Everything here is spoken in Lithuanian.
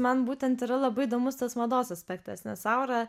man būtent yra labai įdomus tas mados aspektas nes aura